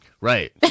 right